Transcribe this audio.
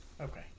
Okay